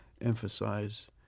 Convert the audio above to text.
emphasize